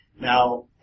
Now